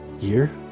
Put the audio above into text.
year